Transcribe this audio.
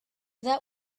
that